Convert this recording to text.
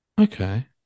okay